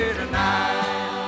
tonight